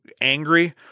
angry